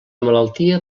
malaltia